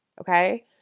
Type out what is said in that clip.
okay